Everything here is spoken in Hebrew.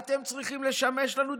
אתם צריכים לשמש לנו דוגמה.